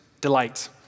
delight